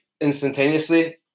instantaneously